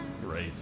Great